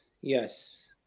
Yes